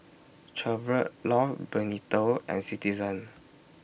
Chevrolet Love Bonito and Citizen